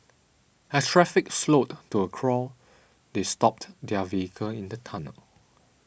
as traffic slowed to a crawl they stopped their vehicle in the tunnel